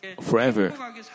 forever